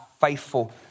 faithful